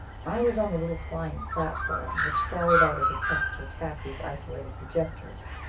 i was on the little flying platform which sallied out as a test to attack these isolated projectors.